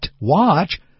watch